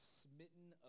smitten